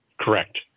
Correct